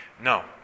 No